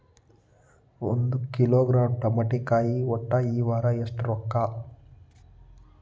ಒಂದ್ ಕಿಲೋಗ್ರಾಂ ತಮಾಟಿಕಾಯಿ ಒಟ್ಟ ಈ ವಾರ ಎಷ್ಟ ರೊಕ್ಕಾ?